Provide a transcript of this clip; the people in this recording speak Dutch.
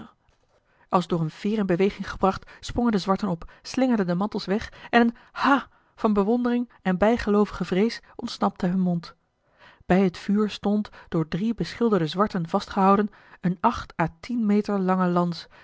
als door eene veer in beweging gebracht sprongen de zwarten op slingerden de mantels weg en een ha van bewondering en bijgeloovige vrees ontsnapte hun mond bij het vuur stond door drie beschilderde zwarten vastgehouden eene acht à tien meter lange lans